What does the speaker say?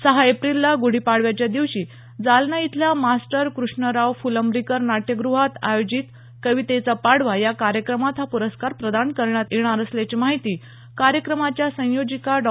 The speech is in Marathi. सहा एप्रिलला गुढीपाडव्याच्या दिवशी जालना इथल्या मास्टर कृष्णराव फुलंब्रीकर नाट्यगुहात आयोजित कवितेचा पाडवा या कार्यक्रमात हा प्रस्कार प्रदान करण्यात येणार असल्याची माहिती कार्यक्रमाच्या संयोजिका डॉ